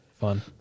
fun